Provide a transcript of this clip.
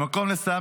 במקום לסייע,